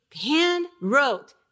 hand-wrote